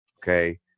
okay